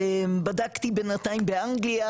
בדקתי בינתיים באנגליה,